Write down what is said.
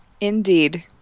Indeed